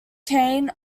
kane